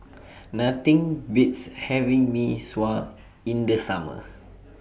Nothing Beats having Mee Sua in The Summer